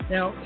Now